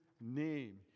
name